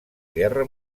guerra